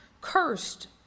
Cursed